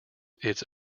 its